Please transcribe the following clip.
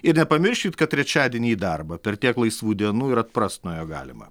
ir nepamirškit kad trečiadienį į darbą per tiek laisvų dienų ir atprast nuo jo galima